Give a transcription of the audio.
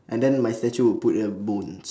and then my statue would put here bones